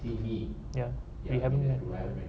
the V ya ya you haven't let relevant